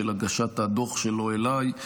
של הגשת הדוח שלו אליי,